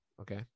Okay